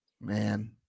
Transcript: Man